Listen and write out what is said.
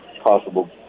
possible